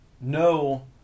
no